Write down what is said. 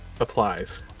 applies